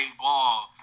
ball